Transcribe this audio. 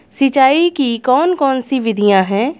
सिंचाई की कौन कौन सी विधियां हैं?